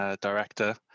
director